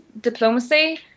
diplomacy